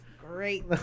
great